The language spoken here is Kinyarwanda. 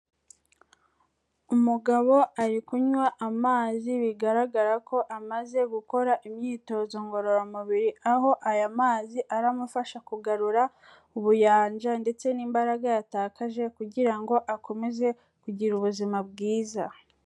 Umugabo ari kunywa amazi, bigaragara ko amaze gukora imyitozo ngororamubiri aho aya mazi aramufasha kugarura ubuyanja ndetse n'imbaraga yatakaje kugira ngo akomeze kugira ubuzima bwiza.